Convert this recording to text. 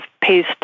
pays